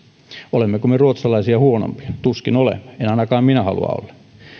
olemmeko me ruotsalaisia huonompia tuskin olemme en ainakaan minä halua olla